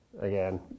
again